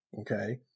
Okay